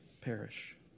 perish